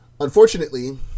Unfortunately